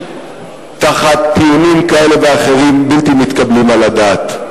תחת דיונים כאלה ואחרים בלתי מתקבלים על הדעת.